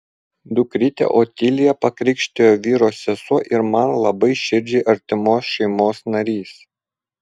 dukrytę otiliją pakrikštijo vyro sesuo ir man labai širdžiai artimos šeimos narys